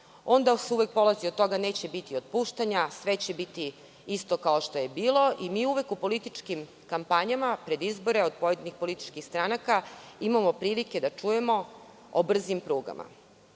onda se uvek polazi od toga da neće biti otpuštanja, sve će biti isto kao što je bilo i mi uvek u političkim kampanjama pred izbore od pojedinih političkih stranaka imamo prilike da čujemo o brzim prugama. Zaista